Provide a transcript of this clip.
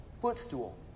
Footstool